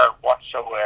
whatsoever